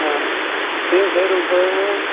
हाँ तीन सौ रुपये में